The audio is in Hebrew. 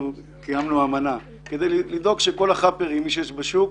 אנחנו קיימנו אמנה כדי לדאוג להוציא את כל החאפרים מהשוק.